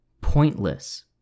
pointless